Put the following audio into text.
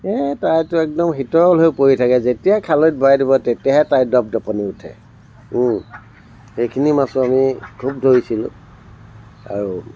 এই তাইতো একদম শীতল হৈ পৰি থাকে যেতিয়াই খালৈত ভৰাই দিব তেতিয়াহে তাইৰ দপদপনি উঠে সেইখিনি মাছো আমি খুব ধৰিছিলোঁ আৰু